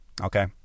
okay